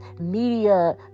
media